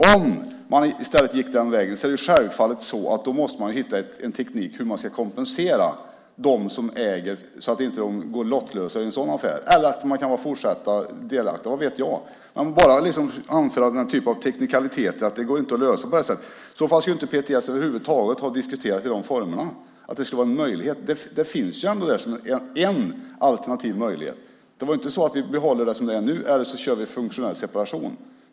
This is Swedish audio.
Om man i stället gick den vägen måste man självfallet hitta en teknik för att kompensera dem som äger så att de inte går lottlösa ur en sådan affär, eller att man kan fortsätta att vara delaktig - vad vet jag? Om man bara anför den typen av teknikaliteter, att det inte går att lösa på det här sättet, skulle PTS över huvud taget inte ha diskuterat i de formerna att det var en möjlighet. Det finns ju ändå som en alternativ möjlighet. Det var inte fråga om att behålla det som det är nu eller köra funktionell separation.